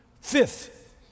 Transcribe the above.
Fifth